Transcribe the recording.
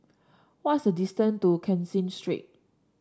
what's the distant to Caseen Street